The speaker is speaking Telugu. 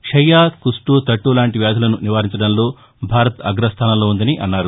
క్షయ కుప్లు తట్లు లాంటి వ్యాధులను నివారించడంలో భారత్ అగ్రస్లానంలో ఉందన్నారు